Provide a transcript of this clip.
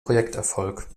projekterfolg